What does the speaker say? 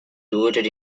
devoted